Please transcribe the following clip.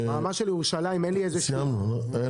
ברמה של ירושלים אין לי איזשהו --- סיימנו, לא?